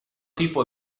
tipo